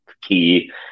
key